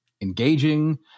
engaging